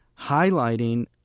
highlighting